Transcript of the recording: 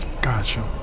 Gotcha